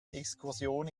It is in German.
exkursion